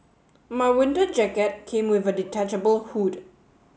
my winter jacket came with a detachable hood